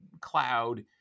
cloud